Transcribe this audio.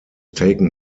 taken